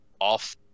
off